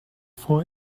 for